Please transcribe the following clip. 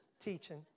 teaching